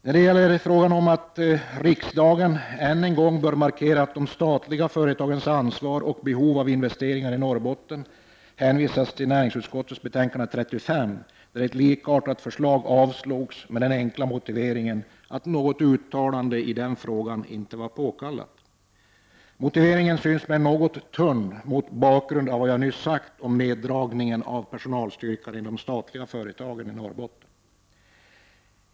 När det gäller frågan om att riksdagen ännu en gång bör markera de statliga företagens ansvar och behovet av investeringar i Norrbotten hänvisar man till näringsutskottets betänkande 35, där ett likartat förslag avstyrks med den enkla motiveringen att något uttalande i frågan inte var påkallat. Motiveringen synes mig något tunn, mot bakgrund av vad jag nyss har sagt om neddragningen av personalstyrkan i de statliga företagen i Norrbotten.